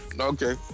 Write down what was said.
Okay